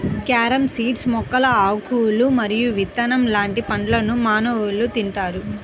carom seeds మొక్కల ఆకులు మరియు విత్తనం లాంటి పండ్లను మానవులు తింటారు